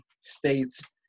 states